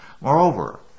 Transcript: Moreover